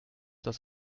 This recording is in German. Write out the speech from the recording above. das